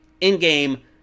in-game